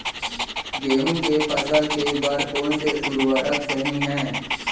गेहूँ के फसल के बर कोन से उर्वरक सही है?